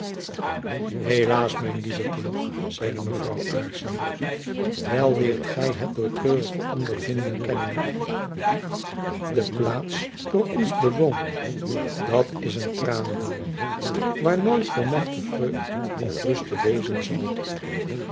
helaas mijn lieve kind zeide mevrouw aarssen wel leert gy het door treurige ondervinding kennen de plaats door ons bewoont dat is een tranendal waer nooit volmaechte vreught of ruste wesen sal